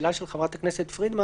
השאלה של חברת הכנסת פרידמן,